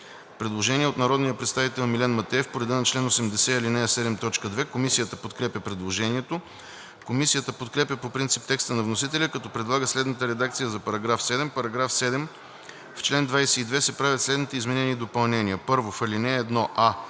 Предложение от народния представител Милен Матеев по реда на чл. 80, ал. 7, т. 2 от ПОДНС. Комисията подкрепя предложението. Комисията подкрепя по принцип текста на вносителя, като предлага следната редакция за § 7: „§ 7. В чл. 22 се правят следните изменения и допълнения: 1. В ал. 1: